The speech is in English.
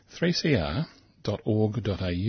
3cr.org.au